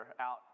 out